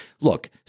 look